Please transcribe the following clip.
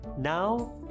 Now